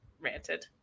Ranted